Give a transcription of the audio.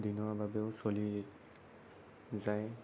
দিনৰ বাবেও চলি যায়